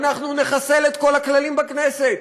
אנחנו נחסל את כל הכללים בכנסת.